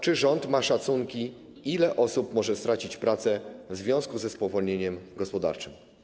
Czy rząd ma szacunki, ile osób może stracić pracę w związku ze spowolnieniem gospodarczym?